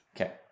Okay